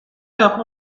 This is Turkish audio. yapma